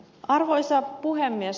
arvoisa puhemies